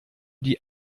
die